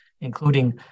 including